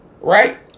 right